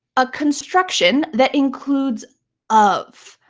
a construction that includes of,